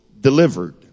delivered